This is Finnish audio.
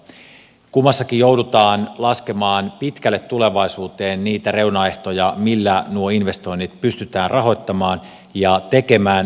kummassakin joudutaan laskemaan pitkälle tulevaisuuteen niitä reunaehtoja millä nuo investoinnit pystytään rahoittamaan ja tekemään